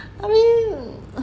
I mean